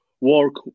work